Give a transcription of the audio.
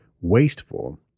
wasteful